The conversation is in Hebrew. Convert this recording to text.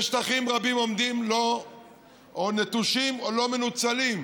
ושטחים רבים עומדים או נטושים או לא מנוצלים.